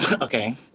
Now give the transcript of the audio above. okay